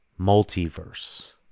multiverse